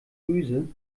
öse